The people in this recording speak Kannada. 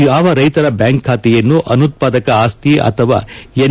ಯಾವ ರೈತರ ಬ್ಯಾಂಕ್ ಖಾತೆಯನ್ನು ಅನುತ್ಬಾದಕ ಆಸ್ತಿ ಅಥವಾ ಎನ್